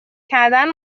کردن